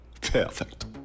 Perfect